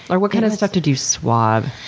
or what kind of stuff did you swab?